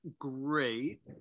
great